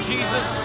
Jesus